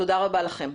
תודה רבה לכם.